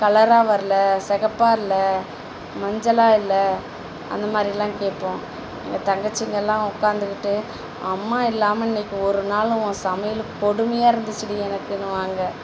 கலரா வரல சிகப்பா இல்லை மஞ்சளா இல்லை அந்த மாதிரில்லாம் கேட்போம் எங்கள் தங்கச்சிங்கள்லாம் உட்காந்துக்கிட்டு அம்மா இல்லாமல் இன்றைக்கு ஒரு நாள் ஓன் சமையல் கொடுமையா இருந்துச்சுடி எனக்குன்னுவாங்க